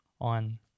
on